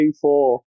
four